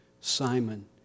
Simon